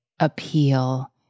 appeal